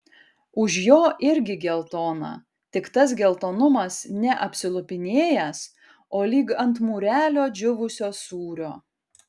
už jo irgi geltona tik tas geltonumas ne apsilupinėjęs o lyg ant mūrelio džiūvusio sūrio